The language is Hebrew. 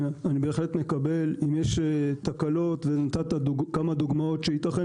אם יש תקלות ונתת כמה דוגמאות שיתכן שייתכן